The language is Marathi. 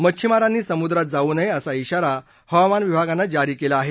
मच्छिमारांनी समुद्रात जाऊ नये असा िगारा हवामान विभागानं जारी केला आहे